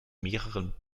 mehreren